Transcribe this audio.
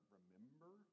Remember